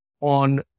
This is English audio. on